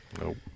Nope